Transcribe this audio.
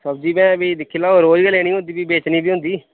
सब्जी भैं भी दिक्खी लैओ रोज गै लैनी होंदी भी बेचनी बी होंदी